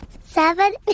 seven